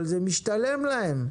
אבל זה משתלם להם.